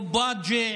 קציני צבא?